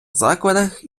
закладах